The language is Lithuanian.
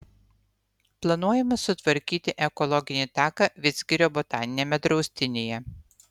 planuojama sutvarkyti ekologinį taką vidzgirio botaniniame draustinyje